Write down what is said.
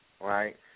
Right